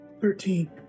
Thirteen